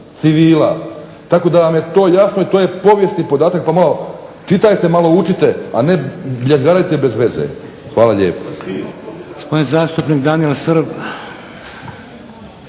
civila, tako da vam je to jasno i to je povijesni podatak pa malo čitajte, malo učite, a ne bljezgarajte bez veze. Hvala lijepo.